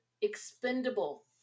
expendable